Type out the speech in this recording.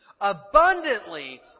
abundantly